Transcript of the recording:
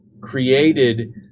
created